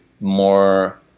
more